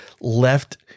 left